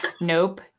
Nope